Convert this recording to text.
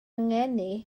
ngeni